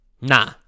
Nah